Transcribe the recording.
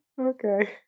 Okay